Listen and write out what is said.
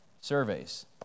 Surveys